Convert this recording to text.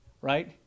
right